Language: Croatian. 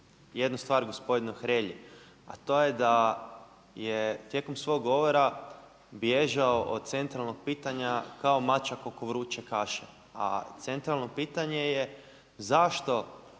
jednu stvar gospodinu Hrelji, a to je da je tijekom svog govora bježao od centralnog pitanja kao mačak oko vruće kaše, a centralno pitanje je zašto